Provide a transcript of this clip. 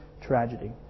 tragedy